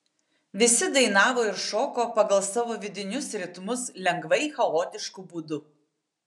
visi dainavo ir šoko pagal savo vidinius ritmus lengvai chaotišku būdu